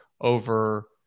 over